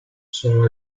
sono